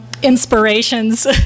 inspirations